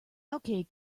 okay